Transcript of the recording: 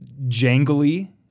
jangly